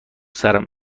سرم